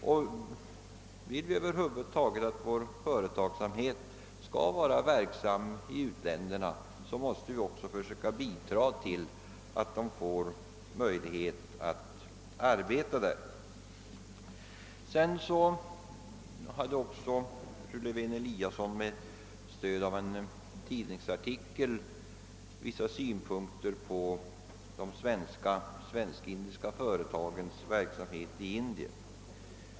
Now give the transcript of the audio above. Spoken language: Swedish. Om vi över huvud taget vill att våra företagare skall vara verksamma i u-länderna, måste vi också försöka bidra till att de får möjlighet att arbeta där. Med stöd av en tidningsartikel angav fru Lewén-Eliasson vissa synpunkter på de svenska och svensk-indiska företagens verksamhet i Indien.